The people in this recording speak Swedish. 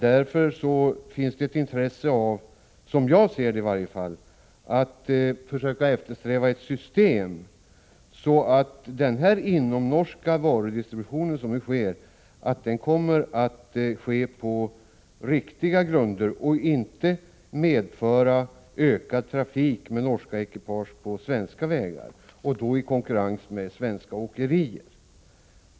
Därför finns det ett intresse, som jag ser det i varje fall, att försöka eftersträva ett system som innebär att den här inomnorska varudistributionen kommer att ske på riktiga grunder och inte medför ökad trafik med norska ekipage på svenska vägar i konkurrens med svenska åkerier.